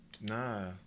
Nah